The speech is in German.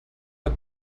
der